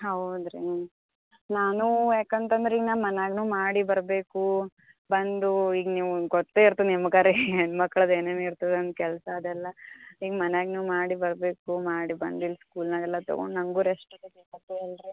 ಹೌದಾ ರೀ ನಾನೂ ಯಾಕಂತಂದ್ರೆ ಈಗ ನಾನು ಮನ್ಯಾಗೂ ಮಾಡಿ ಬರಬೇಕು ಬಂದು ಈಗ ನೀವು ಗೊತ್ತೇ ಇರ್ತದೆ ನಿಮ್ಗಾದ್ರೆ ಹೆಣ್ಣು ಮಕ್ಳದ್ದು ಏನೇನು ಇರ್ತದೆ ಅಂತ ಕೆಲಸ ಅದೆಲ್ಲ ಈಗ ಮನ್ಯಾಗೂ ಮಾಡಿ ಬರಬೇಕು ಮಾಡಿ ಬಂದಿಲ್ಲಿ ಸ್ಕೂಲ್ನಾಗೆಲ್ಲ ತಗೊಂಡು ನನಗೂ ರೆಸ್ಟ್ ಬೇಕಾಗ್ತದೆ ಅಲ್ರೀ